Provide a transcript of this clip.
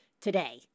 today